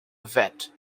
vet